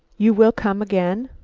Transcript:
you will come again?